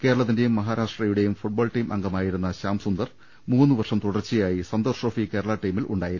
കേരളത്തിന്റെയും മഹാരാഷ്ട്രയുടെയും football team അംഗമായിരുന്ന ശ്യാം സുന്ദർ മൂന്നു വർഷം തുടർച്ചയായി സന്തോഷ് ട്രോഫി കേരള ടീമിൽ ഉണ്ടായിരുന്നു